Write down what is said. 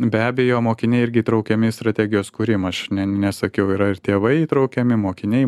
be abejo mokiniai irgi įtraukiami į strategijos kūrimo aš nesakiau yra ir tėvai įtraukiami mokiniai